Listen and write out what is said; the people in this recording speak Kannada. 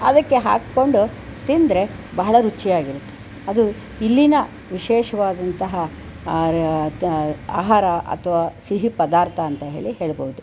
ಅದಕ್ಕೆ ಹಾಕಿಕೊಂಡು ತಿಂದರೆ ಬಹಳ ರುಚಿಯಾಗಿರುತ್ತೆ ಅದು ಇಲ್ಲಿನ ವಿಶೇಷವಾದಂತಹ ಆಹಾರ ಅಥ್ವಾ ಸಿಹಿ ಪದಾರ್ಥ ಅಂತ ಹೇಳಿ ಹೇಳ್ಬೋದು